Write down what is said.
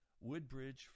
Woodbridge